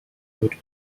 would